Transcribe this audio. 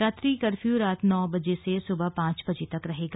रात्रि कर्फ्यू रात नौ बजे से सुबह पांच बजे तक रहेगा